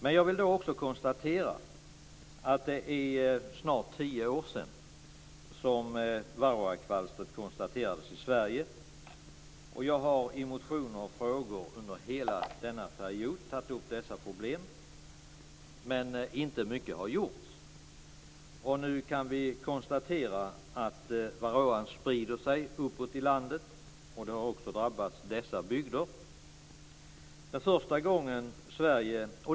Men jag vill också konstatera att det är snart tio år sedan som varroakvalstret konstaterades i Sverige. Jag har i motioner och frågor under hela denna period tagit upp detta problem, men inte mycket har gjorts. Nu kan vi konstatera att varroan sprider sig uppåt i landet. Även dessa bygder har drabbats.